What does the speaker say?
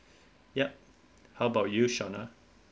yup how about you shana